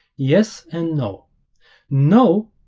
yes and no no,